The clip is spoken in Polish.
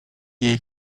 jej